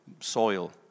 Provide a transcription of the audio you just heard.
soil